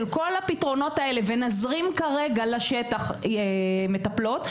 של כל הפתרונות האלה ונזרים כרגע לשטח מטפלות,